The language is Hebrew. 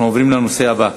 אנחנו עוברים לנושא הבא: